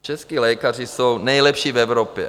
Čeští lékaři jsou nejlepší v Evropě.